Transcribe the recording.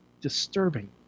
disturbing